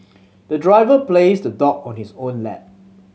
the driver placed the dog on his own lap